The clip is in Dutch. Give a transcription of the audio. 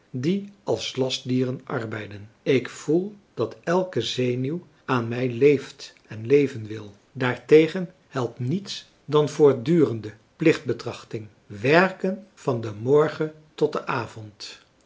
die als lastdieren arbeiden ik voel dat elke zenuw aan mij leeft en leven wil daartegen helpt niets dan voortdurende plichtbetrachting werken van den morgen tot den avond